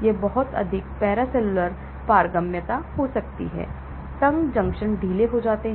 कि बहुत अधिक पैरासेल्युलर पारगम्यता हो सकती है तंग जंक्शन ढीले हो जाते हैं